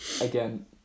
Again